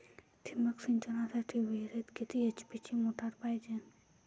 ठिबक सिंचनासाठी विहिरीत किती एच.पी ची मोटार पायजे?